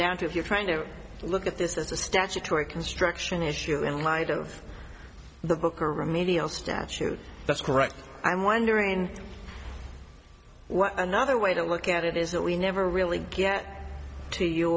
down to if you're trying to look at this as a statutory construction issue in light of the book or remedial statute that's correct i'm wondering what another way to look at it is that we never really get to you